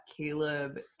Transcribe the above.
Caleb